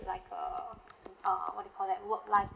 like err uh what you call that work life